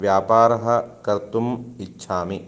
व्यापारः कर्तुम् इच्छामि